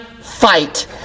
fight